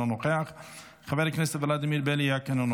אינו נוכח,